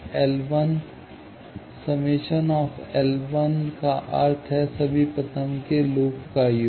अब ∑ L का अर्थ है सभी प्रथम क्रम के लूप का योग